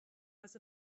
was